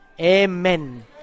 Amen